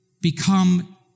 become